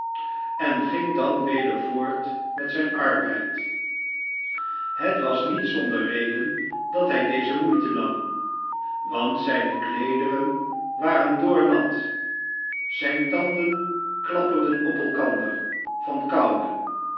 en ging dan weder voort met zijn arbeid het was niet zonder reden dat hij deze moeite nam want zijne kleederen waren doornat zijne tanden klapperden op elkander van koude